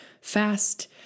fast